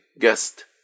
guest